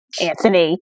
Anthony